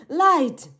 light